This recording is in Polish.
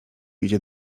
idzie